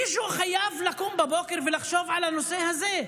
מישהו חייב לקום בבוקר ולחשוב על הנושא הזה.